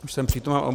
Už jsem přítomen.